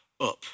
up